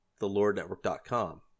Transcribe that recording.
thelordnetwork.com